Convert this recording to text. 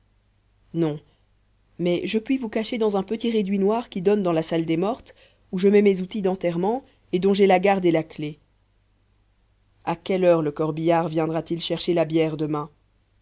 non mais je puis vous cacher dans un petit réduit noir qui donne dans la salle des mortes où je mets mes outils d'enterrement et dont j'ai la garde et la clef à quelle heure le corbillard viendra-t-il chercher la bière demain